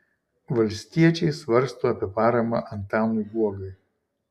valstiečiai svarsto apie paramą antanui guogai